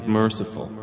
merciful